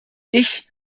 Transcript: ich